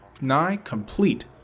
nigh-complete